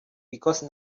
because